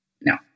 no